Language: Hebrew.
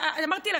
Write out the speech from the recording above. אמרתי,